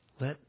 let